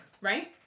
right